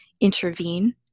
intervene